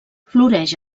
floreix